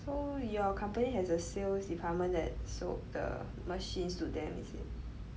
so your company has a sales department that sold the machines to them is it